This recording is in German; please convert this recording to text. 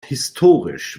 historisch